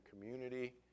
community